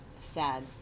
sad